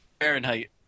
Fahrenheit